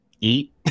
eat